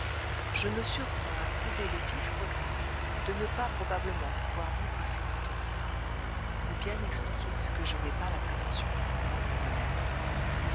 je me surprends à couver le vif regret de ne pas probablement pouvoir vivre assez longtemps pour vous bien expliquer ce que je n'ai pas la prétention de comprendre moi-même